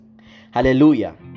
Hallelujah